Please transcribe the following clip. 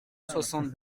soixante